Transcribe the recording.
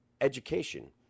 education